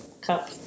cup